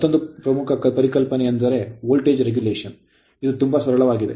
ಈಗ ಮತ್ತೊಂದು ಪ್ರಮುಖ ಪರಿಕಲ್ಪನೆಯೆಂದರೆ voltage regulation ವೋಲ್ಟೇಜ್ ನಿಯಂತ್ರಣ ಇದು ತುಂಬಾ ಸರಳವಾಗಿದೆ